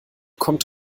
kommt